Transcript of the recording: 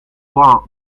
blanc